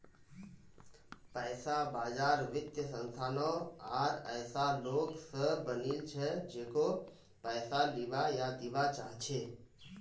पैसा बाजार वित्तीय संस्थानों आर ऐसा लोग स बनिल छ जेको पैसा लीबा या दीबा चाह छ